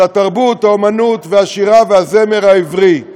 של התרבות, האמנות, השירה והזמר העברי.